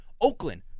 Oakland